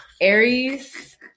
Aries